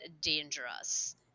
dangerous